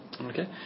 Okay